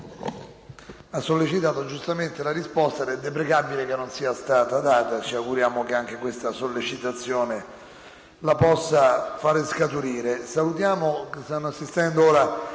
ha sollecitato giustamente la risposta che è deprecabile non sia stata data. Ci auguriamo che anche questa sollecitazione la possa far scaturire. **Saluto ad una rappresentanza